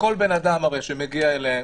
שכל אדם שמגיע אליהם,